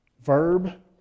Verb